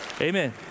Amen